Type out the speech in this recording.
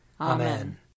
Amen